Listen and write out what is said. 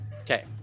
Okay